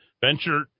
venture